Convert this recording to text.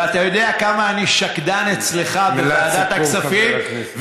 ואתה יודע כמה אני שקדן אצלך בוועדת הכספים,